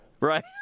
right